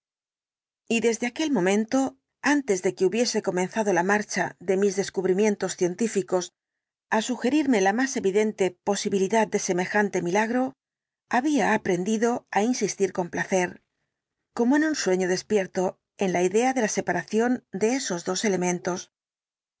y desde aquel momento antes de que hubiese comenzado la marcha de mis descubrimientos científicos á sugerirme la más evidente posibilidad de semejante milagro había aprendido á insistir con placer como en un sueño des el dr jekyll pierto en la idea de la separación de esos dos elementos